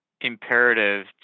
imperative